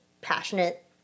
passionate